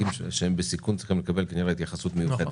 צריכים לקבל התייחסות מיוחדת.